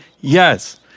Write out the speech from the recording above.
Yes